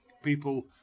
People